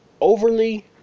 overly